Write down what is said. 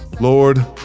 Lord